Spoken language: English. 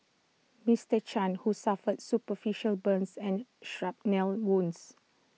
Mister chan who suffered superficial burns and shrapnel wounds